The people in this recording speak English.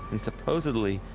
and supposedly,